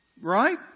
Right